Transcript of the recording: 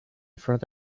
front